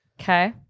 Okay